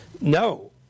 no